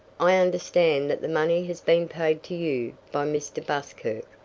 i understand that the money has been paid to you by mr. buskirk.